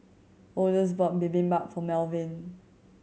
Odus bought Bibimbap for Malvin